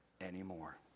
anymore